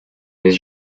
his